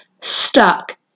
stuck